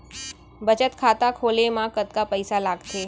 बचत खाता खोले मा कतका पइसा लागथे?